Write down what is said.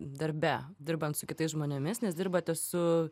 darbe dirbant su kitais žmonėmis nes dirbate su